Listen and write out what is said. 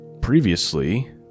previously